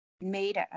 made